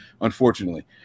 unfortunately